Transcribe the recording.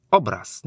obraz